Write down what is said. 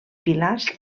pilars